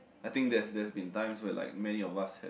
I think there's there's been time where like many of us have